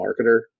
marketer